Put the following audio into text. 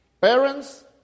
Parents